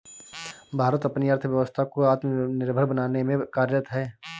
भारत अपनी अर्थव्यवस्था को आत्मनिर्भर बनाने में कार्यरत है